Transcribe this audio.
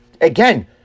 Again